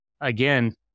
again